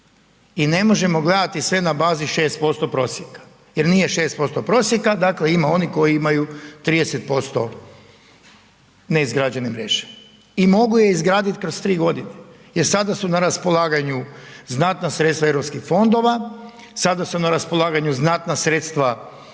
i ne možemo gledati sve na bazi 6% prosjeka, jer nije 6% prosjeka dakle ima onih koji imaju 30% neizgrađene mreže i mogu je izgradit kroz 3 godine jer sada su na raspolaganju znatna sredstva Europskih fondova, sada su na raspolaganju znatna sredstva proračunski